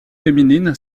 féminine